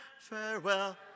farewell